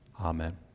Amen